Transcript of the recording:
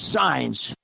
signs